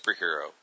superhero